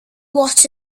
what